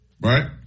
Right